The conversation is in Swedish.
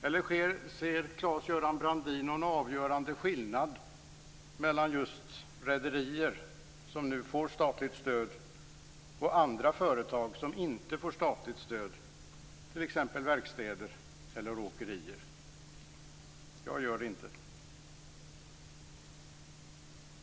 Eller ser Claes Göran Brandin någon avgörande skillnad mellan just rederier, som nu får statligt stöd, och andra företag som inte får statligt stöd, t.ex. verkstäder eller åkerier? Jag gör det inte.